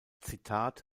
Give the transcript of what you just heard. zitat